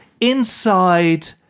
inside